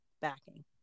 backing